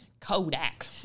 Kodak